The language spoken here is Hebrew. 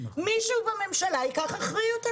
שמישהו בממשלה ייקח אחריות.